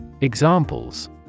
Examples